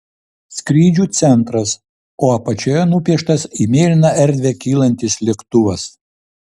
skrydžių centras o apačioje nupieštas į mėlyną erdvę kylantis lėktuvas